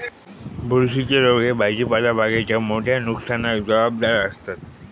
बुरशीच्ये रोग ह्ये भाजीपाला बागेच्या मोठ्या नुकसानाक जबाबदार आसत